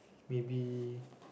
maybe